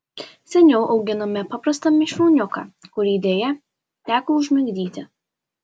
seniau auginome paprastą mišrūniuką kurį deja teko užmigdyti